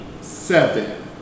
Seven